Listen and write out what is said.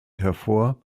hervor